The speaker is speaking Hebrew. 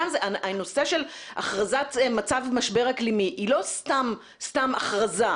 הנושא של הכרזת מצב משבר אקלימי היא לא סתם הכרזה.